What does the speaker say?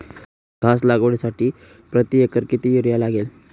घास लागवडीसाठी प्रति एकर किती युरिया लागेल?